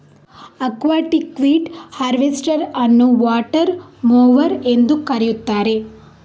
aquatic weed harvester ಅನ್ನುವಾಟರ್ mower ಎಂದೂ ಕರೆಯುತ್ತಾರೆ